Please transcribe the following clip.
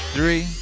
Three